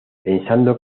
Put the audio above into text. pensando